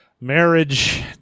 marriage